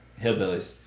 Hillbillies